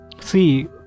see